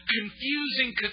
confusing